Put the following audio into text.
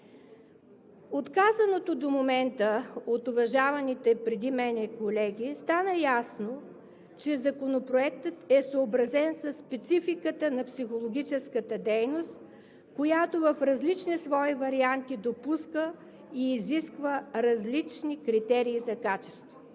От казаното до момента от уважаваните преди мен колеги стана ясно, че Законопроектът е съобразен със спецификата на психологическата дейност, която в различни свои варианти допуска и изисква различни критерии за качество.